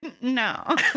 no